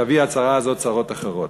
תביא הצרה הזאת צרות אחרות.